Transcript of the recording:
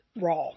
Raw